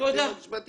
תבין מהם.